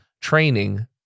training